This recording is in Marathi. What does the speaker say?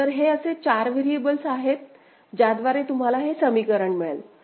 तर हे असे 4 व्हेरिएबल्स आहेत ज्याद्वारे तुम्हाला हे समीकरण मिळेल